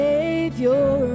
Savior